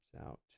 out